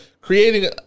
Creating